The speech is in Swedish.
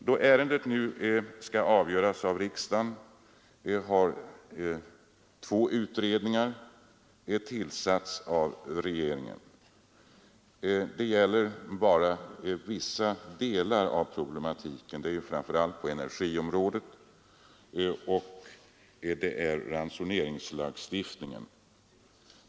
Då ärendet nu skall avgöras av riksdagen har två utredningar tillsatts av regeringen. Det gäller bara vissa delar av problematiken. Det gäller framför allt energiområdet och ransoneringslagstiftningen.